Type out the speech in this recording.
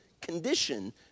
condition